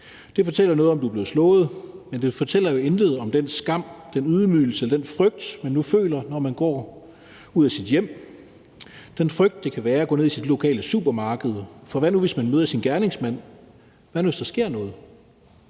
fortæller noget om, at du er blevet slået, men det fortæller jo intet om den skam, den ydmygelse og den frygt, man nu føler, når man går ud af sit hjem, eller den frygt, det kan være gå ned i sit lokale supermarked, for hvad nu, hvis man møder sin gerningsmand? Hvad nu, hvis der sker noget?